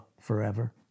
forever